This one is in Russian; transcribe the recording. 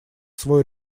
свой